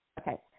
Okay